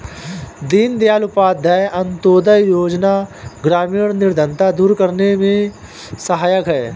दीनदयाल उपाध्याय अंतोदय योजना ग्रामीण निर्धनता दूर करने में सहायक है